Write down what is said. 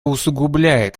усугубляет